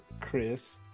Chris